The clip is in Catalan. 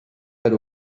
per